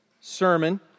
sermon